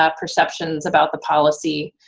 ah perceptions about the policy.